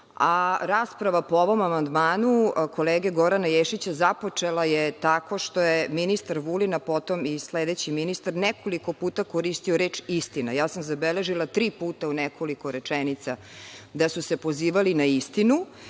A, rasprava po ovom amandmanu kolege Gorana Ješića započela je tako što je ministar Vulin, a potom i sledeći ministar nekoliko puta koristio reč istina. Ja sam zabeležila tri puta u nekoliko rečenica da su se pozivali na istinu.